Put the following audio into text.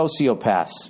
sociopaths